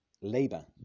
labor